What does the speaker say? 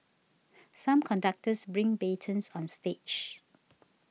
some conductors bring batons on stage